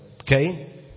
okay